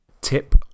tip